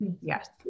Yes